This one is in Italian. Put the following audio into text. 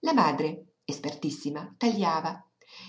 la madre espertissima tagliava